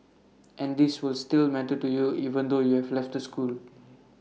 and these will still matter to you even though you have left the school